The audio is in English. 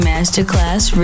Masterclass